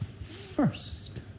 first